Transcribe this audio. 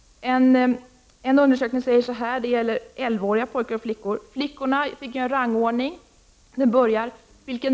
I en undersökning som gäller elvaåriga pojkar och flickor fick barnen göra en rangordning av ämnesområden inom naturkunskapen.